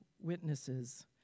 witnesses